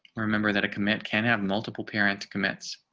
remember that a commit can have multiple parents commits